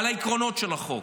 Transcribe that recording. על העקרונות של החוק.